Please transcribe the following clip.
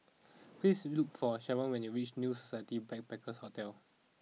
please look for Shavon when you reach New Society Backpackers' Hotel